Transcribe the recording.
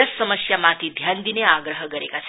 यस समस्यामाथि ध्यान दिने आग्रह गरेको छन्